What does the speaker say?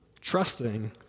trusting